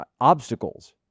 obstacles